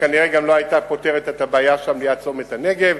וכנראה גם לא היתה פותרת את הבעיה ליד צומת הנגב.